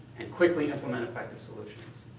and quickly implement effective solutions.